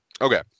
Okay